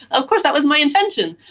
of course that was my intention,